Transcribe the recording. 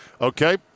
Okay